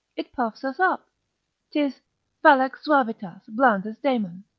it puffs us up tis fallax suavitas, blandus daemon,